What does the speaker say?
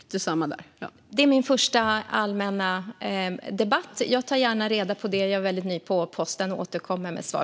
Fru talman! Det är min första allmänna debatt. Jag är ny på posten. Jag tar gärna reda på det och återkommer med svar.